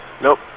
Nope